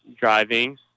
driving